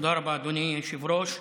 תודה רבה, אדוני היושב-ראש.